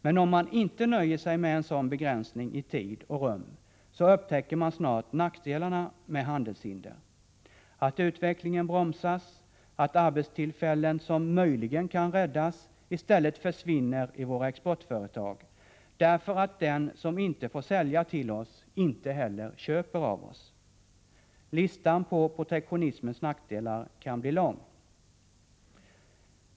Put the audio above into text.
Men om man inte nöjer sig med en sådan begränsning i tid och rum upptäcker man snart nackdelarna med handelshinder: att utvecklingen bromsas, att arbetstillfällen som möjligen kan räddas i våra exportföretag i stället försvinner därför att den som inte får sälja till oss inte heller köper av oss. Listan över protektionismens nackdelar kan bli lång.